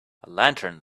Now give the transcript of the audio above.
lantern